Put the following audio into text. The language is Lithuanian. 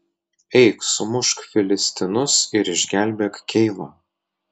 eik sumušk filistinus ir išgelbėk keilą